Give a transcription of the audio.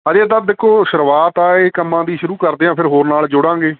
ਅਜੇ ਤਾਂ ਦੇਖੋ ਸ਼ੁਰੂਆਤ ਆ ਇਹ ਕੰਮਾਂ ਦੀ ਸ਼ੁਰੂ ਕਰਦੇ ਹਾਂ ਫਿਰ ਹੋਰ ਨਾਲ ਜੋੜਾਂਗੇ